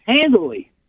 Handily